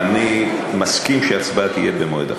אני מסכים שההצבעה תהיה במועד אחר.